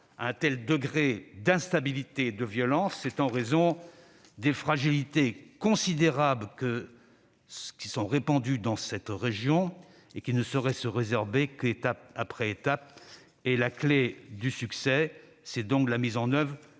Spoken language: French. un tel degré d'instabilité et de violence, c'est en raison des fragilités considérables auxquelles doit faire face cette région, lesquelles ne pourront se résorber qu'étape après étape. La clé du succès, c'est donc la mise en oeuvre